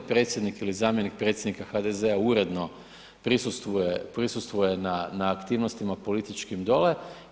Predsjednik ili zamjenik predsjednika HDZ-a uredno prisustvuje na aktivnostima političkim dolje.